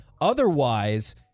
Otherwise